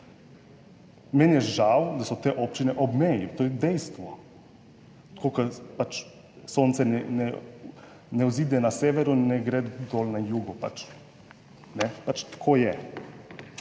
meni je žal, da so te občine ob meji, to je dejstvo. Tako kot pač sonce ne vzide na severu ne gre dol na jugu, pač tako je.